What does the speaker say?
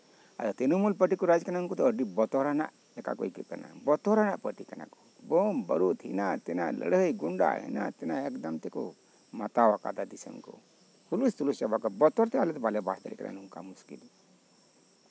ᱟᱫᱚ ᱛᱨᱤᱱᱢᱩᱞ ᱯᱟᱴᱤ ᱠᱚ ᱨᱟᱡᱟᱠᱟᱱᱟ ᱩᱱᱠᱩ ᱫᱚ ᱟᱰᱤ ᱵᱚᱛᱚᱨᱟᱱᱟᱜ ᱞᱮᱠᱟ ᱠᱚ ᱟᱹᱭᱠᱟᱹᱜ ᱠᱟᱱᱟ ᱵᱚᱛᱚᱨᱟᱱᱟᱜ ᱯᱟᱴᱤ ᱠᱟᱱᱟ ᱠᱚ ᱵᱚᱢᱼᱵᱟᱨᱩᱫ ᱦᱮᱱᱟᱛᱮᱱᱟ ᱞᱟᱹᱲᱦᱟᱹᱭ ᱦᱮᱱᱟᱛᱮᱱᱟ ᱛᱮ ᱮᱸᱜᱟᱛᱮ ᱠᱚ ᱢᱟᱛᱟᱣᱟᱠᱟᱫᱟ ᱦᱩᱞᱩᱥᱼᱛᱩᱞᱩᱥ ᱪᱟᱵᱟᱣᱟᱠᱟᱱᱟ ᱵᱚᱛᱚᱨ ᱛᱮ ᱟᱞᱮ ᱵᱟᱞᱮ ᱵᱟᱥ ᱫᱟᱲᱮᱣᱟᱜ ᱠᱟᱱᱟ ᱱᱚᱝᱠᱟ ᱢᱩᱥᱠᱤᱞ